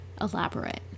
elaborate